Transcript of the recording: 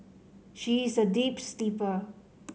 she is a deep sleeper